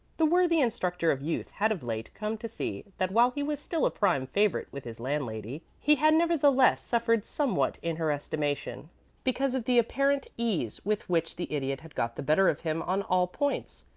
the worthy instructor of youth had of late come to see that while he was still a prime favorite with his landlady, he had, nevertheless, suffered somewhat in her estimation because of the apparent ease with which the idiot had got the better of him on all points.